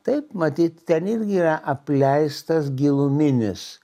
taip matyt ten irgi yra apleistas giluminis